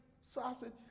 sausage